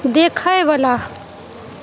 देखएवला